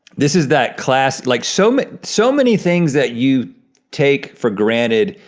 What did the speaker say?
this is that classic, like so many, so many things that you take for granted,